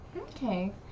Okay